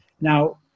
Now